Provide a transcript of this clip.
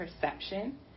perception